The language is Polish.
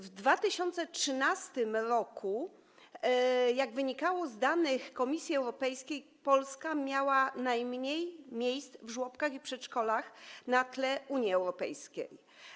W 2013 r., jak wynikało z danych Komisji Europejskiej, Polska miała najmniej miejsc w żłobkach i przedszkolach na tle Unii Europejskiej.